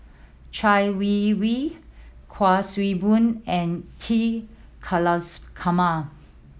Chai Yee Wei Kuik Swee Boon and T Kulasekaram